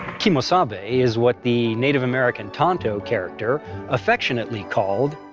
ke-mo sah-bee is what the native american tonto character affectionately called.